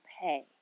pay